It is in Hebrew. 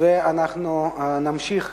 ואנחנו נמשיך.